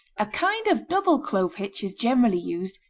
a kind of double clove-hitch is generally used,